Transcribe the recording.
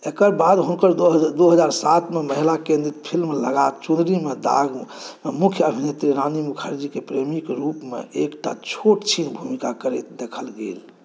एकर बाद हुनका दू हज़ार सातमे महिला केंद्रित फ़िल्म लागा चुनरी में दागमे मुख्य अभिनेत्री रानी मुखर्जीके प्रेमीक रूपमे एक टा छोट छीन भूमिका करैत देखल गेल